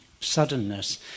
suddenness